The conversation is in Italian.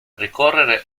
ricorrere